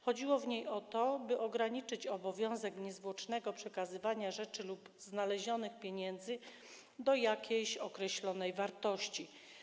Chodziło w niej o to, by ograniczyć obowiązek niezwłocznego przekazywania rzeczy lub znalezionych pieniędzy do jakiejś określonej wartości.